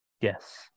Yes